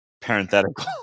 Parenthetical